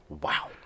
Wow